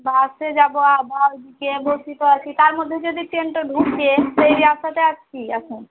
বাসে যাবো আবার এদিকে বসে তো আছি তার মধ্যে যদি ট্রেনটা ঢুকবে সেই আশাতে আছি এখন